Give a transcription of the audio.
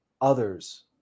others